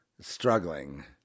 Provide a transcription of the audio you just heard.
struggling